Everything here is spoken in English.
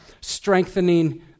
strengthening